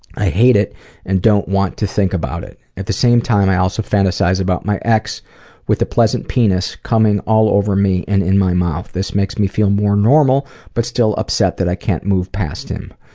i hate it and don't want to think about it. at the same time, i also fantasize about my ex with a pleasant penis coming all over me and in my mouth. this makes me feel more normal but still upset that i can't move past him.